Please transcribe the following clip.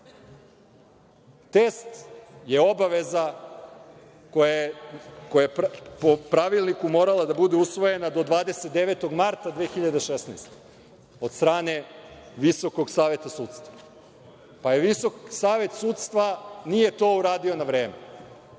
Test je obaveza koja je po pravilniku morala da bude usvojena do 29. marta 2016. godine od strane Visokog saveta sudstva. Visoki savet sudstva nije to uradio na vreme,